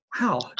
Wow